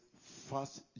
first